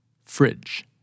Fridge